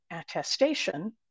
attestation